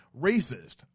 racist